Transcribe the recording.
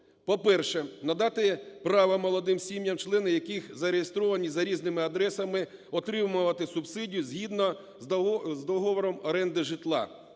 По-перше, надати право молодим сім'ям, члени яких зареєстровані за різними адресами, отримувати субсидію згідно з договором оренди житла.